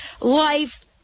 life